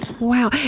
Wow